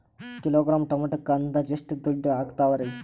Kilogram ಟೊಮೆಟೊಕ್ಕ ಅಂದಾಜ್ ಎಷ್ಟ ದುಡ್ಡ ಅಗತವರಿ?